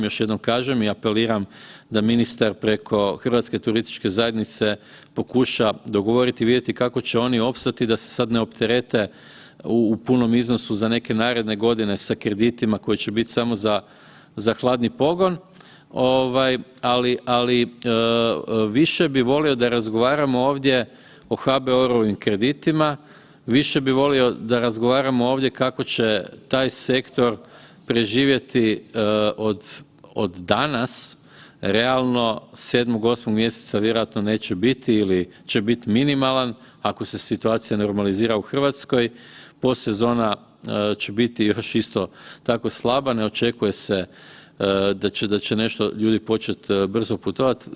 Još jednom kažem i apeliram da ministar preko Hrvatske turističke zajednice pokuša dogovoriti i vidjeti kako će oni opstati da se sad ne opteret u punom iznosu za neke naredne godine sa kreditima koji će biti samo za hladni pogon ovaj, ali više bih volio da razgovaramo ovdje o HBOR-ovim kreditima, više bi volio da razgovaramo ovdje kako će taj sektor preživjeti od danas realno 7, 8 mjeseca vjerojatno neće biti ili će biti minimalan ako se situacija normalizira u Hrvatskoj, posezona će biti još isto tako slaba, ne očekuje se da će nešto ljudi počet brzo putovat.